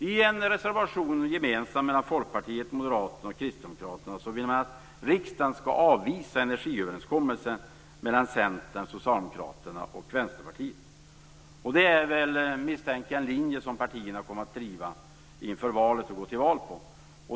I en gemensam reservation från Folkpartiet, Moderaterna och Kristdemokraterna vill man att riksdagen skall avvisa energiöverenskommelsen mellan Centern, Socialdemokraterna och Vänsterpartiet. Jag misstänker att det är en linje som dessa partier kommer att driva och gå till val på.